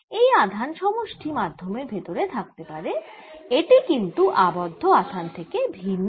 এই আধান সমষ্টি মাধ্যমের ভেতর থাকতে পারে এটি কিন্তু আবদ্ধ আধান থেকে ভিন্ন হয়